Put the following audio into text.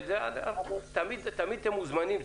תמיד אתם מוזמנים.